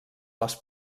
les